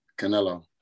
Canelo